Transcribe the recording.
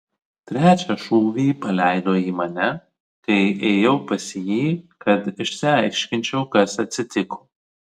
trečią šūvį paleido į mane kai ėjau pas jį kad išsiaiškinčiau kas atsitiko